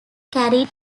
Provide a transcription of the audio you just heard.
carried